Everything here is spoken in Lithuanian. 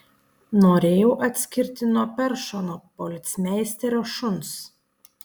norėjau atskirti nuo peršono policmeisterio šuns